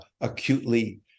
acutely